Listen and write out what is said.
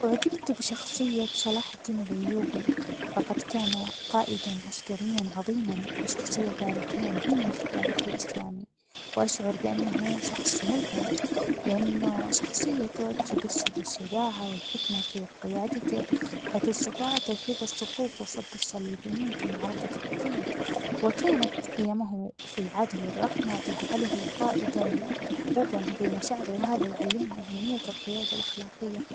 أعجبت بشخصية صلاح الدين الأيوبي ،فقد كان قائدًا عسكريًا عظيمًا ،وشخصية تاريخية مهمة في التاريخ الإسلامي ،وأشعر بأنه شخص ملهم لأنه شخصيته تجسد الشجاعة ،والحكمة في قيادته حيث استطاع توحيد الصفوف وصد الصليبيين في معركة حطين، وكانت قيمه في العدل ،والرحمة تجعله قائدًا محبوبًا بين شعبه وهذا يعلمنا أهمية القيادة الأخلاقية.